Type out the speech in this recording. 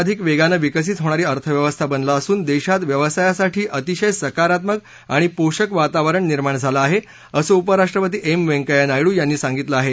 भारत जगामध्ये सर्वाधिक वेगानं विकसित होणारी अर्थव्यवस्था बनला असून देशात व्यवसायांसाठी अतिशय सकारात्मक आणि पोषक वातावरण निर्माण झालं आहे असं उपराष्ट्रपती एम व्यंकय्या नायडू यांनी सांगितलं आहे